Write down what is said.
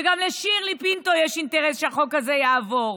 וגם לשירלי פינטו יש אינטרס שהחוק הזה יעבור.